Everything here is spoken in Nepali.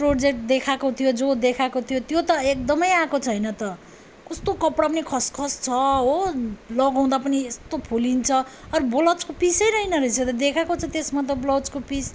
प्रोजेक्ट देखाएको त्यो जो देखाएको त्यो त एकदमै आएको छैन त कस्तो कपडा पनि खस खस छ हो लगाउँदा पनि यस्तो फुलिन्छ अरू ब्लाउजको पिसै रहेन रहेछ देखाएको छ त्यसमा त ब्लाउजको पिस